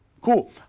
Cool